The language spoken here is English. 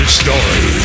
story